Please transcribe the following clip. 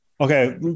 Okay